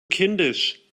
kindisch